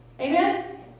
Amen